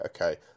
okay